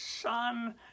son